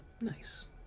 Nice